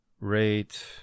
Rate